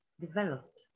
developed